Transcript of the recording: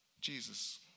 Jesus